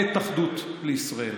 עת אחדות לישראל.